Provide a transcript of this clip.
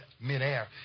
midair